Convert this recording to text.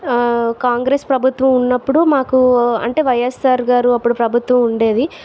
కాంగ్రెస్ ప్రభుత్వం ఉన్నప్పుడు మాకు అంటే వైయస్ఆర్గారు అప్పుడు ప్రభుత్వం ఉండేది